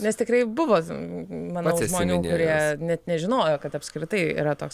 nes tikrai buvo manau žmonių kurie net nežinojo kad apskritai yra